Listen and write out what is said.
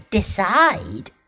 Decide